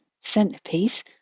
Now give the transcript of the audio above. centerpiece